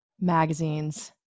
magazines